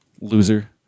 Loser